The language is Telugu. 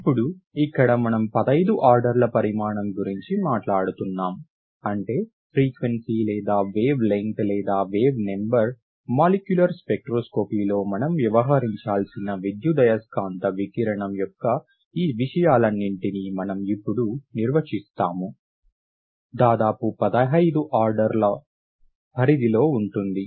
ఇప్పుడు ఇక్కడ మనం 15 ఆర్డర్ల పరిమాణం గురించి మాట్లాడుతున్నాం అంటే ఫ్రీక్వెన్సీ లేదా వేవ్ లెంగ్త్ లేదా వేవ్ నంబర్ మాలిక్యులర్ స్పెక్ట్రోస్కోపీలో మనం వ్యవహరించాల్సిన విద్యుదయస్కాంత వికిరణం యొక్క ఈ విషయాలన్నింటినీ మనం ఇప్పుడు నిర్వచిస్తాము దాదాపు 15 ఆర్డర్ల పరిధిలో ఉంటుంది